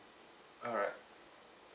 alright